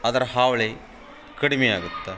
ಅದರ ಹಾವಳಿ ಕಡಿಮೆ ಆಗತ್ತೆ